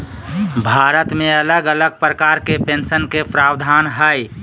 भारत मे अलग अलग प्रकार के पेंशन के प्रावधान हय